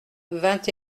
vingt